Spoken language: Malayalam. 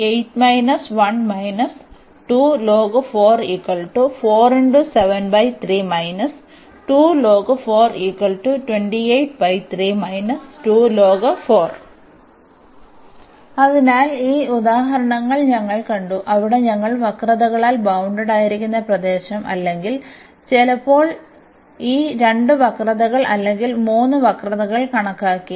അതിനാൽ ഈ 3 ഉദാഹരണങ്ങൾ ഞങ്ങൾ കണ്ടു അവിടെ ഞങ്ങൾ വക്രതകളാൽ ബൌണ്ടഡായിരിക്കുന്ന പ്രദേശം അല്ലെങ്കിൽ ചിലപ്പോൾ ഈ രണ്ട് വക്രതകൾ അല്ലെങ്കിൽ മൂന്ന് വക്രതകൾ കണക്കാക്കി